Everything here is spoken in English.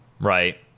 right